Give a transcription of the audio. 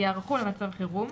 ייערכו למצב חירום,